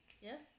yes